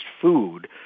food